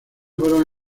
fueron